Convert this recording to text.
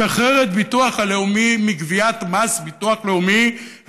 לשחרר את הביטוח הלאומי מגביית מס ביטוח לאומי,